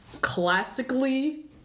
classically